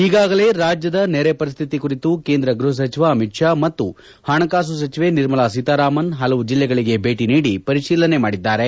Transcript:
ಈಗಾಗಲೇ ರಾಜ್ಯದ ನೆರೆ ಪರಿಸ್ಥಿತಿ ಕುರಿತು ಕೇಂದ್ರ ಗೃಹ ಸಚಿವ ಅಮಿತ್ ಶಾ ಮತ್ತು ಹಣಕಾಸು ಸಚಿವೆ ನಿರ್ಮಲಾ ಸೀತಾರಾಮನ್ ಹಲವು ಜಿಲ್ಲೆಗಳಿಗೆ ಭೇಟ ನೀಡಿ ಪರಿಶೀಲನೆ ಮಾಡಿದ್ದಾರೆ